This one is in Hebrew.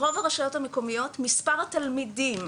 ברוב הרשויות המקומיות מספר התלמידים